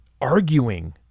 arguing